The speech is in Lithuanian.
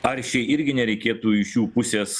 aršiai irgi nereikėtų iš jų pusės